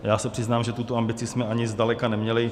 Já se přiznám, že tuto ambici jsme ani zdaleka neměli.